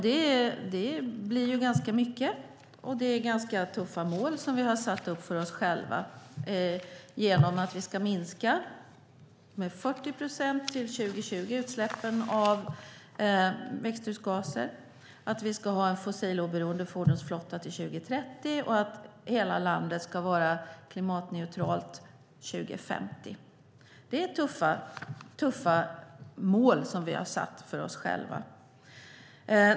Det blir ganska mycket, och det är ganska tuffa mål som vi satt upp för oss själva genom att vi till år 2020 ska minska växthusgasutsläppen med 40 procent, att vi till år 2030 ska ha en fossiloberoende fordonsflotta och att hela landet år 2050 ska vara klimatneutralt. Det är alltså tuffa mål som vi satt upp för oss själva.